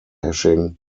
hashing